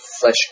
Flesh